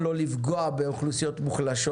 אם לא תביאו נוסח רפורמה של תוכן עד